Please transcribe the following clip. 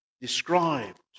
described